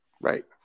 Right